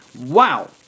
Wow